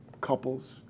couples